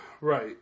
Right